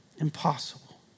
impossible